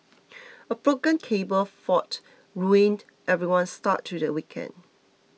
a broken cable fault ruined everyone's start to the weekend